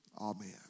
Amen